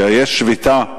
שיש שביתה,